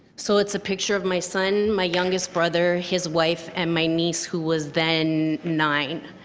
so it's a picture of my son, my youngest brother, his wife and my niece who was then nine.